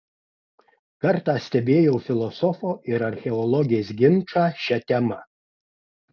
kartą stebėjau filosofo ir archeologės ginčą šia tema